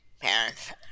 parents